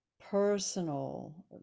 personal